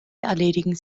erledigen